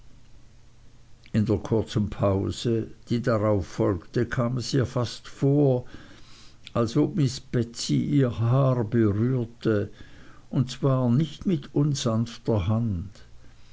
in der kurzen pause die darauf folgte kam es ihr fast vor als ob miß betsey ihr haar berührte und zwar nicht mit unsanfter hand